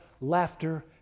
laughter